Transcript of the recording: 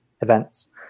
events